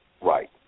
Right